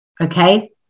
okay